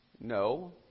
No